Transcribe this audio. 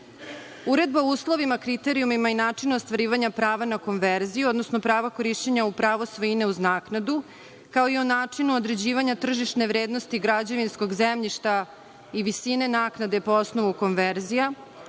o uslovima, kriterijumima i načinu ostvarivanja prava na konverziju, odnosno prava korišćenja u pravo svojine uz naknadu, kao i o načinu određivanja tržišne vrednosti građevinskog zemljišta i visine naknade po osnovu konverzija,